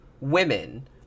women